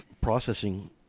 processing